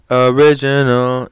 original